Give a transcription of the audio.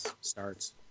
starts